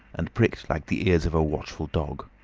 and pricked like the ears of a watchful dog.